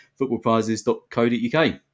footballprizes.co.uk